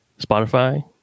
Spotify